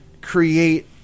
create